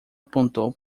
apontou